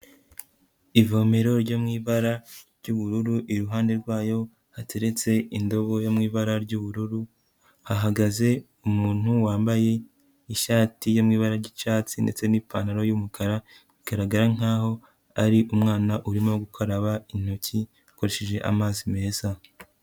Ivomero ryo mu ibara ry'ubururu, iruhande rwayo hateretse indobo yo mu ibara ry'ubururu, hahagaze umuntu wambaye ishati yo mu ibara ry'icyatsi ndetse n'ipantaro y'umukara, bigaragara nkaho ari umwana urimo gukaraba intoki akoresheje amazi meza.